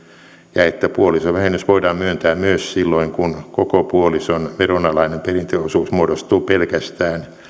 ja että puolisovähennys voidaan myöntää myös silloin kun koko puolison veronalainen perintöosuus muodostuu pelkästään